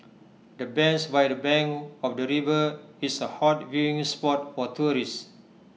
the bench by the bank of the river is A hot viewing spot for tourists